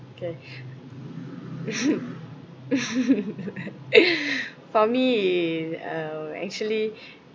okay for me um actually